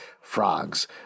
frogs